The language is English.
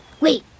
Wait